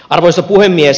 arvoisa puhemies